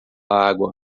água